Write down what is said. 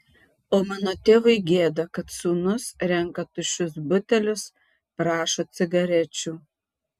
o mano tėvui gėda kad sūnus renka tuščius butelius prašo cigarečių